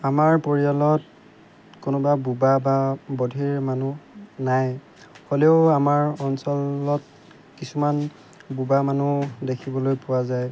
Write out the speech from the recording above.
আমাৰ পৰিয়ালত কোনোবা বুবা বা বধিৰ মানুহ নাই হ'লেও আমাৰ অঞ্চলত কিছুমান বুবা মানুহ দেখিবলৈ পোৱা যায়